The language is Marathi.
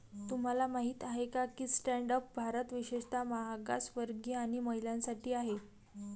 तुम्हाला माहित आहे का की स्टँड अप भारत विशेषतः मागासवर्गीय आणि महिलांसाठी आहे